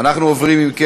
אנחנו עוברים, אם כן,